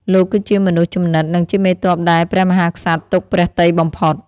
លោកគឺជាមនុស្សជំនិត និងជាមេទ័ពដែលព្រះមហាក្សត្រទុកព្រះទ័យបំផុត។